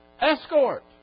escort